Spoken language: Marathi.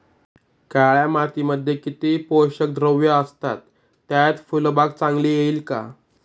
काळ्या मातीमध्ये किती पोषक द्रव्ये असतात, त्यात फुलबाग चांगली येईल का?